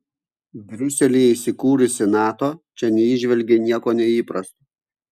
briuselyje įsikūrusi nato čia neįžvelgė nieko neįprasto